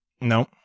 no